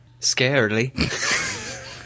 Scarily